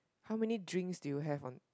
how many drinks did you have on